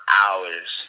hours